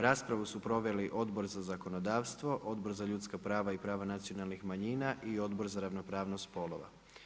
Raspravu su proveli Odbor za zakonodavstvo, Odbor za ljudska prava i prava nacionalnih manjina i Odbor za ravnopravnost spolova.